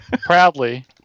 proudly